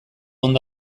ondo